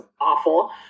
awful